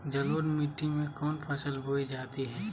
जलोढ़ मिट्टी में कौन फसल बोई जाती हैं?